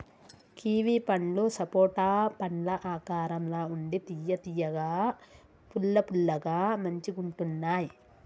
kiwi పండ్లు సపోటా పండ్ల ఆకారం ల ఉండి తియ్య తియ్యగా పుల్ల పుల్లగా మంచిగుంటున్నాయ్